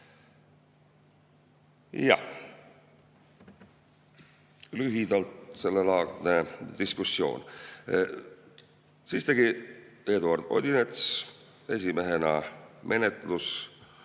oli lühidalt sellelaadne diskussioon. Siis tegi Eduard Odinets esimehena menetlusotsuste